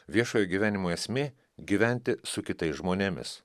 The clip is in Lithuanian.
viešojo gyvenimo esmė gyventi su kitais žmonėmis